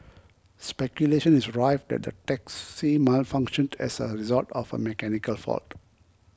speculation is rife that the taxi malfunctioned as a result of a mechanical fault